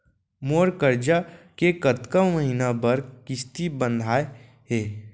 मोर करजा के कतका महीना बर किस्ती बंधाये हे?